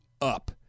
up